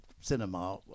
cinema